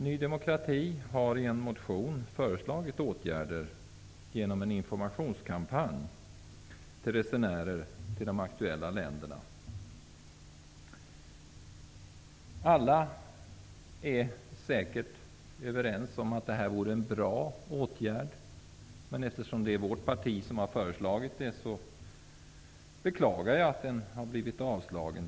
Ny demokrati har i en motion föreslagit åtgärder. Vi vill genomföra en informationskampanj som vänder sig till resenärer till de aktuella länderna. Alla är säkert överens om att det här vore en bra åtgärd. Men eftersom det är vårt parti som har kommit med förslaget, beklagar jag att det har blivit avslaget.